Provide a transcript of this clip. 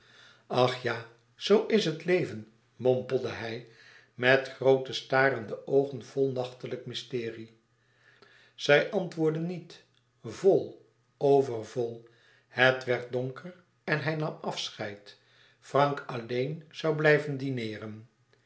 ach ja zoo is het leven mompelde hij met groote starende oogen vol nachtelijk mysterie zij antwoordde niet vol overvol het werd donker en hij nam afscheid frank alleen zou blijven dineeren